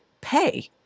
pay